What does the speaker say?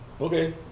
Okay